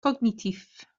cognitif